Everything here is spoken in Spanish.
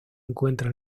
encuentra